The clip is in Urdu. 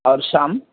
اور شام